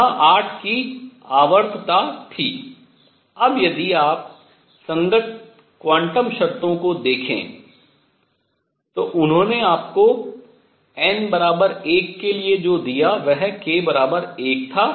यहाँ 8 की आवर्तता थी अब यदि आप संगत क्वांटम शर्तों को देखें तो उन्होंने आपको n 1 के लिए जो दिया वह k 1 था